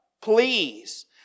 please